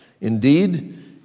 Indeed